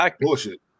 bullshit